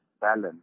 balance